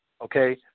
okay